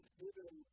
given